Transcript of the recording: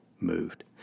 moved